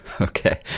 Okay